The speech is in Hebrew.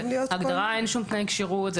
אין שום תנאי כשירות.